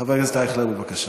חבר הכנסת אייכלר, בבקשה.